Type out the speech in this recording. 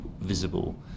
visible